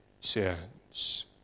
sins